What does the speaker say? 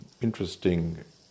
interesting